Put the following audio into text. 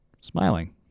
smiling